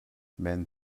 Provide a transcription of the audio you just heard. men